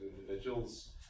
individuals